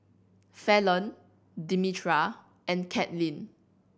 Fallon Demetra and Katlin